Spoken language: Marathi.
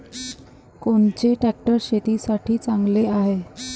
कोनचे ट्रॅक्टर शेतीसाठी चांगले हाये?